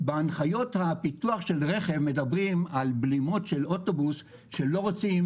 בהנחיות הפיתוח של רכב מדברים על בלימות של אוטובוס שלא רוצים